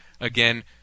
Again